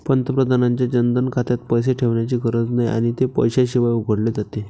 पंतप्रधानांच्या जनधन खात्यात पैसे ठेवण्याची गरज नाही आणि ते पैशाशिवाय उघडले जाते